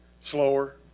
slower